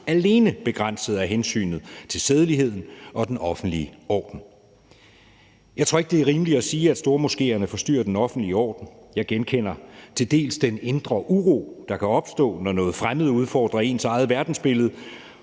alene begrænset – af hensynet til sædeligheden og den offentlige orden. Jeg tror ikke, det er rimeligt at sige, at stormoskéerne forstyrrer den offentlige orden. Jeg genkender til dels den indre uro, der kan opstå, når noget fremmed udfordrer ens eget verdensbillede.